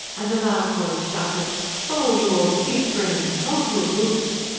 and a loud voice shouted boh, you old beef-brains! boh to a goose!